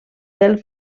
del